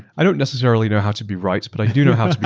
i don't necessarily know how to be right but i do know how